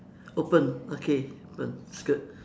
open okay open that's good